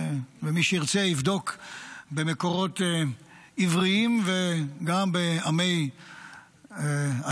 ומי שירצה יבדוק במקורות עבריים, וגם של עמי הים,